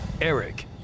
Eric